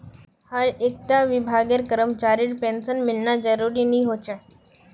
हर एक टा विभागेर करमचरीर पेंशन मिलना ज़रूरी नि होछे